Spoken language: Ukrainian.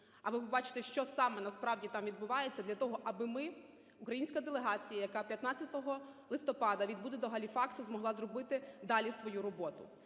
аби побачити, що саме насправді там відбувається для того, аби ми, українська делегація, яка 15 листопада відбуде до Галіфаксу, змогла зробити далі свою роботу.